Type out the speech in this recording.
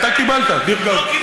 אתה קיבלת, לא קיבלתי.